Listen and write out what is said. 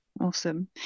Awesome